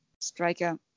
striker